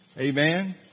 Amen